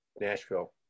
Nashville